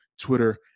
Twitter